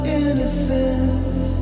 innocence